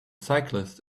cyclist